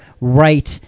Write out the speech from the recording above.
right